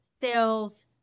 sales